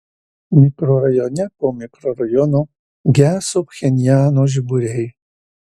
mikrorajone po mikrorajono geso pchenjano žiburiai